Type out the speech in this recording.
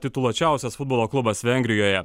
tituluočiausias futbolo klubas vengrijoje